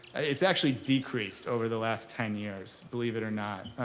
it's actually decreased over the last ten years, believe it or not.